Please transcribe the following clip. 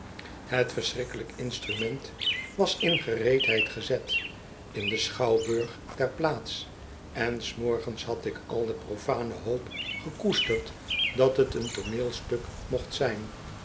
het verschrikkelijk instrument was in gereedheid gezet in den schouwburg der plaats tn s morgens had ik al de profane hoop gekoesterd dat t een tooneelstuk mocht zijn